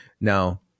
Now